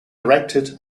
erected